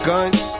Guns